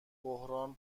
بحران